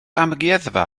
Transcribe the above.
amgueddfa